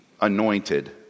anointed